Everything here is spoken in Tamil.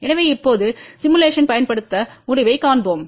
எனவே இப்போது சிமுலேஷன் படுத்தப்பட்ட முடிவைக் காண்போம்